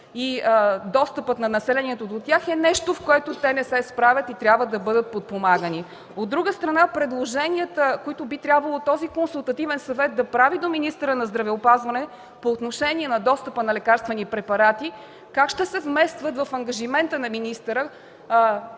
и достъпът на населението до тях е нещо, с което те не се справят и трябва да бъдат подпомагани. От друга страна, предложенията, които би трябвало този консултативен съвет да прави до министъра на здравеопазването по отношение на достъпа до лекарствени препарати как ще се вместват в ангажимента на министъра,